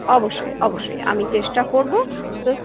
অবশ্যই অবশ্যই আমি চেষ্টা করব